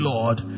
Lord